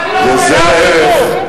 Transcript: מה זה "לא קורה כלום"?